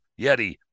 Yeti